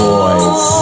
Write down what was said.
Boys